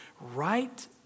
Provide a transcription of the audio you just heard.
right